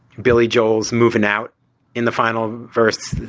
billy joel's moving out in the final verse.